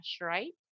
right